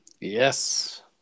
Yes